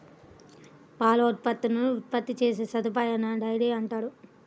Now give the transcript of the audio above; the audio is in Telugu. పాల ఉత్పత్తులను ఉత్పత్తి చేసే సదుపాయాన్నిడైరీ అంటారు